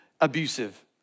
abusive